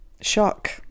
shock